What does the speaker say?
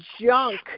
junk